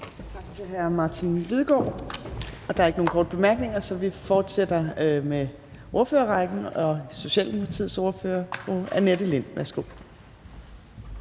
Tak til hr. Martin Lidegaard. Der er ikke nogen korte bemærkninger, så vi fortsætter med ordførerrækken og Socialdemokratiets ordfører, fru Annette Lind. Værsgo.